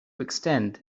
extend